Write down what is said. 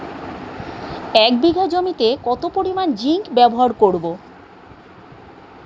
এক বিঘা জমিতে কত পরিমান জিংক ব্যবহার করব?